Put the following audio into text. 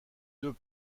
deux